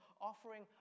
offering